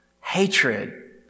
hatred